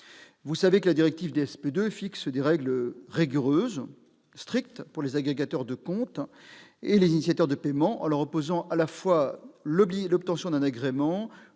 1 A. En effet, la directive « DSP 2 » fixe des règles strictes pour les agrégateurs de comptes et les initiateurs de paiement, en leur imposant à la fois l'obtention d'un agrément